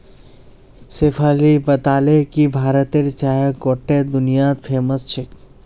शेफाली बताले कि भारतेर चाय गोट्टे दुनियात फेमस छेक